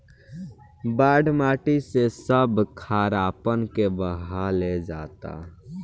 बाढ़ माटी से सब खारापन के बहा ले जाता